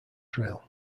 trail